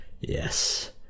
yes